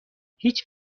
هیچ